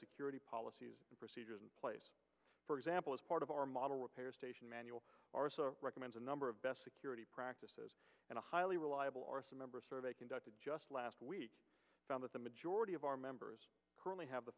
security policies and procedures in place for example as part of our model repair station manual recommends a number of best security practices and a highly reliable or a member survey conducted just last week found that the majority of our members only have the